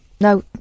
No